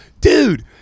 dude